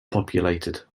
populated